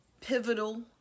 Pivotal